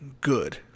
good